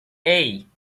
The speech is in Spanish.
hey